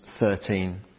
13